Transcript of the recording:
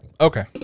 Okay